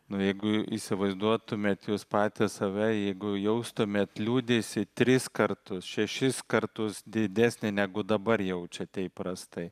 nu jeigu įsivaizduotumėt jūs patys save jeigu jaustumėt liūdesį tris kartus šešis kartus didesnį negu dabar jaučiate įprastai